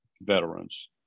veterans